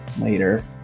later